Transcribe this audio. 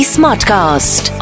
Smartcast